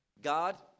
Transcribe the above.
God